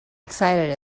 excited